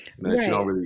Right